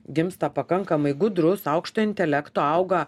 gimsta pakankamai gudrus aukšto intelekto auga